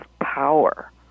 power